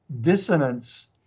dissonance